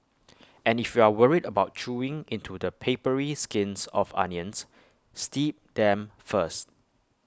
and if you are worried about chewing into the papery skins of onions steep them first